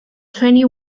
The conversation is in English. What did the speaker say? twenty